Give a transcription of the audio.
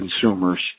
consumers